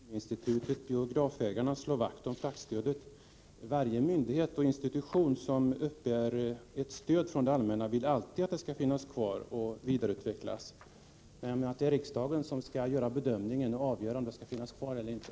Herr talman! Självfallet vill Filminstitutet och biografägarna slå vakt om fraktstödet. Varje myndighet och institution som uppbär stöd från det allmänna vill alltid att detta skall finnas kvar och vidareutvecklas. Vad jag menar är att det är riksdagen som skall göra bedömningen och avgöra om det skall finnas kvar eller inte.